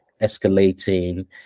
escalating